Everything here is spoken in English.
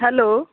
hello